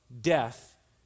death